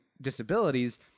disabilities